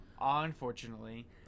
Unfortunately